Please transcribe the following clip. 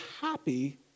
happy